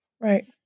right